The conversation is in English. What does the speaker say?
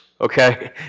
Okay